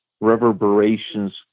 reverberations